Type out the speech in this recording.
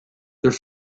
their